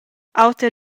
auter